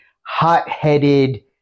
hot-headed